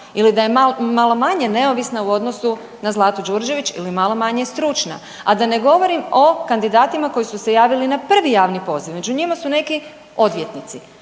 ili da je malo manje neovisna u odnosu na Zlatu Đurđević ili malo manje stručna, a da ne govorim o kandidatima koji su se javili na prvi javni poziv. Među njima su neki odvjetnici.